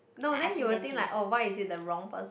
no then he will think like oh why is it the wrong person